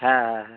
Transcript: হ্যাঁ হ্যাঁ হ্যাঁ